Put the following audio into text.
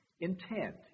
Intent